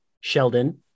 Sheldon